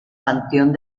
panteón